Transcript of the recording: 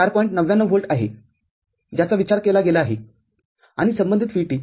९९ volt आहे ज्याचा विचार केला गेला आहे आणि संबंधित VT १